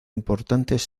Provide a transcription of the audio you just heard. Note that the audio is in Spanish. importantes